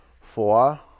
Four